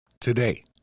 today